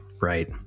right